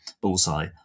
bullseye